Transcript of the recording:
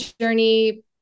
journey